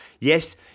Yes